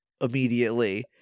immediately